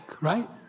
right